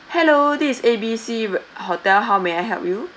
hello this is A B C r~ hotel how may I help you